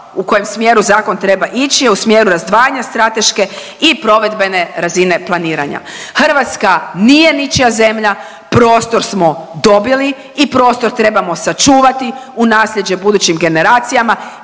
u kojem smjeru zakon treba ići je u smjeru razdvajanja strateške i provedbene razine planiranja. Hrvatska nije ničija zemlja, prostor smo dobili i prostor trebamo sačuvati u nasljeđe budućim generacijama